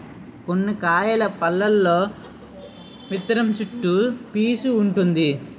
కొన్ని కాయల పల్లులో విత్తనం చుట్టూ పీసూ వుంటుంది